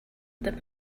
that